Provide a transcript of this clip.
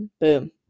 boom